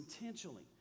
intentionally